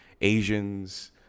Asians